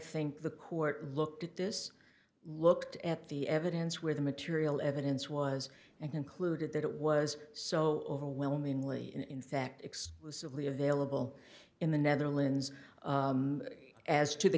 think the court looked at this looked at the evidence where the material evidence was and concluded that it was so overwhelmingly in fact exclusively available in the netherlands as to the